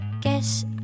guess